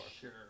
Sure